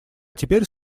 теперь